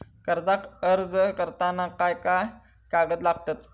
कर्जाक अर्ज करताना काय काय कागद लागतत?